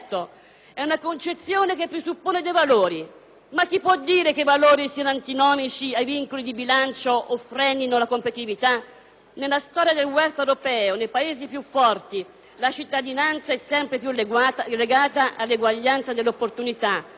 ma chi può dire che i valori siano antinomici ai vincoli di bilancio o frenino la competitività? Nella storia del *welfare* europeo, nei Paesi più forti, la cittadinanza è sempre più legata all'eguaglianza delle opportunità, oltre che all'azione di protezione sociale dalle avversità.